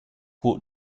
what